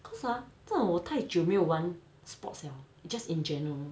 cause ah 你知道我太久没有玩 sports liao just in general